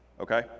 Okay